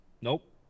Nope